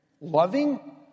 loving